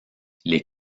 les